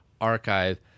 archive